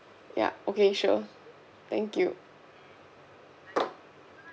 yup okay sure thank you